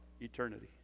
eternity